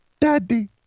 daddy